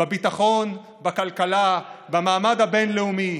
בביטחון, בכלכלה, במעמד הבין-לאומי.